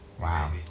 Wow